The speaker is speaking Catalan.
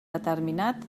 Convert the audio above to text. determinat